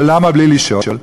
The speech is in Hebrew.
ולמה בלי לשאול?